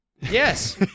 Yes